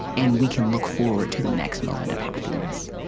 and we can look forward to the next moment of happiness.